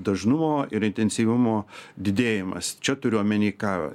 dažnumo ir intensyvumo didėjimas čia turiu omeny ką va